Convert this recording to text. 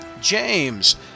James